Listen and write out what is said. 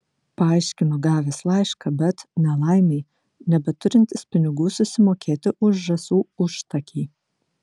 paaiškino gavęs laišką bet nelaimei nebeturintis pinigų susimokėti už žąsų užtakį